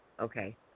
okay